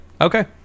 Okay